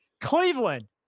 Cleveland